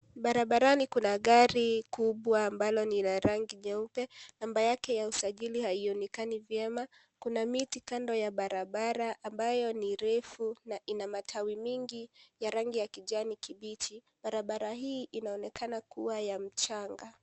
Barabarani kuna gari kubwa ambalo ni la rangi nyeupe, nambari yake ya usajili haionekani vyema, kuna miti kando ya barabara ambayo ni refu na ina matawi mingi ya rangi ya kijani kibichi. Barabara hii inaonekana kuwa ya mchanga.